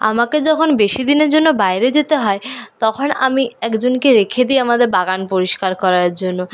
আমাকে যখন বেশিদিনের জন্য বাইরে যেতে হয় তখন আমি একজনকে রেখে দিই আমাদের বাগান পরিষ্কার করার জন্য